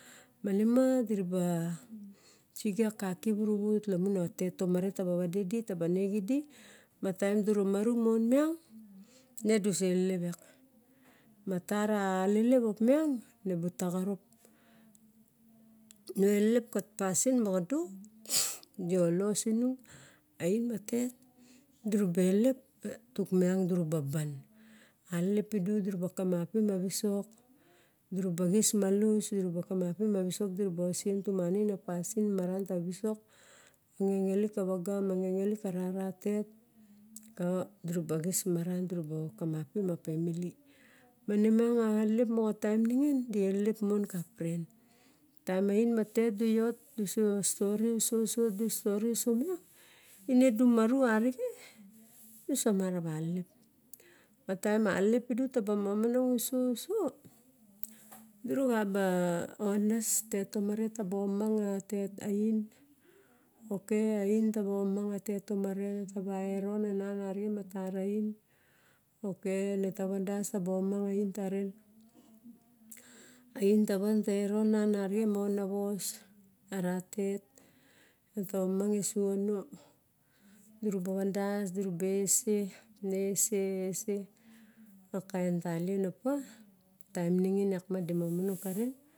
Mamina diraba sige a kaki waravut lamon a tet tomare taba vadedi taba nex idi ma taem dina maru mon miang ne duse lelep iak. Matara alelep opiang ne bu ta xorop. Nu elep ka pasin moxado, dio lolos inung oin ma tet dura ba elelep tuk miang dura ba ban. Alelep pidu, daraba kampim a visok dura ba osen tumangain a ngenge kararei tet, o diraba xis maran dinaba kamapim a family. Maning a telep moa. taim ningin, die mon ka pren. Taem oin ma tet duot, duo stori uso uso, du stori uso miang ere du maru arexe, duso ma rawa lelep. Ma taem alepidu tabu mangnong uso uso, dura xaba ones, tet momare taba amanang oin aka oin taba amanang a tet tomare, taba eron anan malara amanang a tet tomare, taba eron anan matara oin, ok reta vadas retaba amanang oin taren, oin tavan te ronanan maonvaos, ara let, ese ese, akain tailien opa taem ningin lak ma dimomong karen.